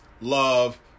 Love